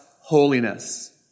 holiness